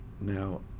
Now